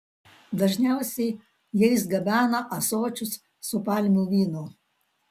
dažniausiai jais gabena ąsočius su palmių vynu